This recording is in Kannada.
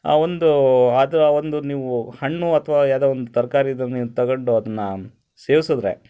ಆ ಒಂದು ಅದು ಒಂದು ನೀವು ಹಣ್ಣು ಅಥವಾ ಯಾವ್ದೋ ಒಂದು ತರಕಾರಿದು ನೀವು ತಗೊಂಡು ಅದನ್ನ ಸೇವ್ಸಿದ್ರೆ